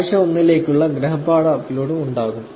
ആഴ്ച 1 ലേക്കുള്ള ഗൃഹപാഠ അപ്ലോഡും ഉണ്ടാകും